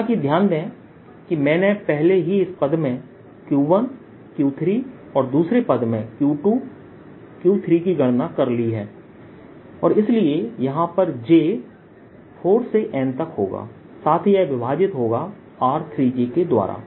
हालाँकि ध्यान दें कि मैंने पहले ही इस पद में Q1 Q3 और दूसरे पद में Q2 Q3 की गणना कर ली है है और इसलिए यहां पर J 4 से N तक होगा साथ ही यह विभाजित होगा r3j के द्वारा